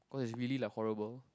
cause it's really like horrible